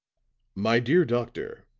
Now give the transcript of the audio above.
my dear doctor,